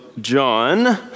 John